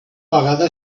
vegada